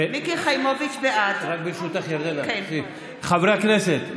בעד חברי הכנסת,